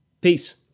Peace